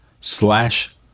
slash